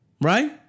Right